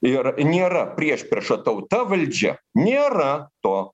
ir nėra priešprieša tauta valdžia nėra to